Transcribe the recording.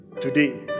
today